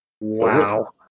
Wow